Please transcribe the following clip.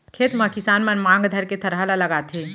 खेत म किसान मन मांग धरके थरहा ल लगाथें